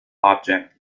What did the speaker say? object